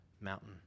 mountain